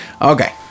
Okay